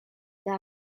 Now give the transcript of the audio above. there